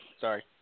Sorry